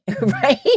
right